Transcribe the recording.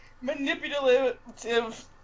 manipulative